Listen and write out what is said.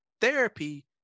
therapy